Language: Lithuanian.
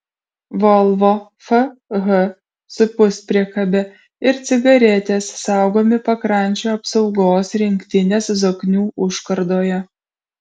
volvo fh su puspriekabe ir cigaretės saugomi pakrančių apsaugos rinktinės zoknių užkardoje